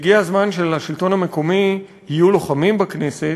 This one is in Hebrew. הגיע הזמן שלשלטון המקומי יהיו לוחמים בכנסת,